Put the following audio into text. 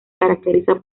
caracteriza